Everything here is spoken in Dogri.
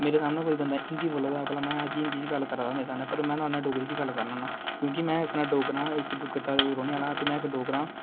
मेरा सामनै कोई बंदा हिंदी बोल्ला दा होऐ भला में हिंदी च गल्ल करा दा होऐ मेरे कन्नै पर में ओहदे कन्नै डोगरी च गल्ल करा दा होन्नां हां में इक डोगरां दा रोहने आहला हां में इक डोगरा हां